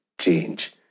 change